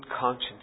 conscience